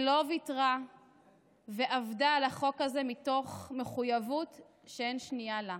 שלא ויתרה ועבדה על החוק הזה מתוך מחויבות שאין שנייה לה.